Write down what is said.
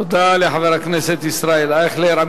תודה לחבר הכנסת ישראל אייכלר.